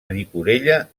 llicorella